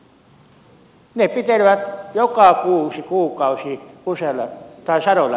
ne pitenevät joka kuukausi sadoilla metreillä